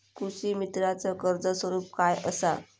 कृषीमित्राच कर्ज स्वरूप काय असा?